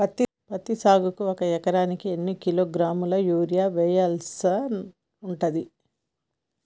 పత్తి సాగుకు ఒక ఎకరానికి ఎన్ని కిలోగ్రాముల యూరియా వెయ్యాల్సి ఉంటది?